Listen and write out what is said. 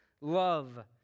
love